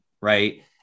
Right